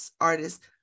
artists